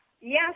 Yes